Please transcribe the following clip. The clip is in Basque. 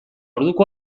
orduko